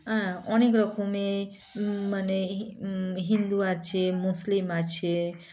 হ্যাঁ অনেক রকমে মানে হিন্দু আছে মুসলিম আছে